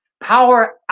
Power